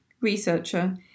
Researcher